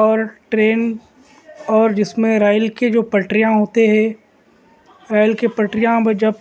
اور ٹرین اور جس میں ریل کے جو پٹریاں ہوتے ہے ریل کے پٹریاں وہ جب